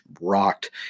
rocked